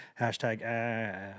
Hashtag